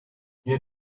yine